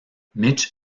mitch